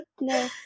No